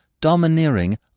domineering